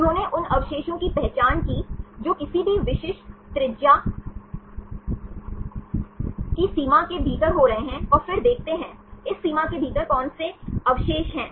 उन्होंने उन अवशेषों की पहचान की जो किसी भी विशिष्ट त्रिज्या की सीमा के भीतर हो रहे हैं और फिर देखते हैं इस सीमा के भीतर कौन से अवशेष हैं